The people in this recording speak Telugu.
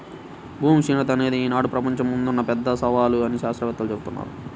భూమి క్షీణత అనేది ఈనాడు ప్రపంచం ముందున్న పెద్ద సవాలు అని శాత్రవేత్తలు జెబుతున్నారు